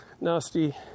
nasty